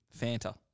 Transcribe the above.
Fanta